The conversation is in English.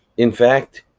in fact,